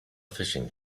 fishing